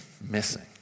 missing